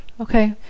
Okay